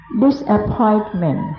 disappointment